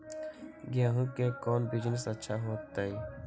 गेंहू के कौन बिजनेस अच्छा होतई?